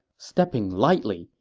stepping lightly,